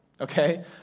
okay